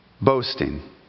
boasting